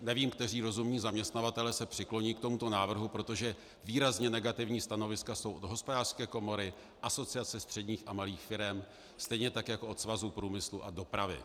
Nevím, kteří rozumní zaměstnavatelé se přikloní k tomuto návrhu, protože výrazně negativní stanoviska jsou od Hospodářské komory, Asociace středních a malých firem, stejně tak jako od Svazu průmyslu a dopravy.